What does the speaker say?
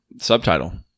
subtitle